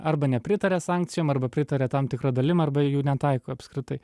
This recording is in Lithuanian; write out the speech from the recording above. arba nepritaria sankcijom arba pritaria tam tikra dalim arba jų netaiko apskritai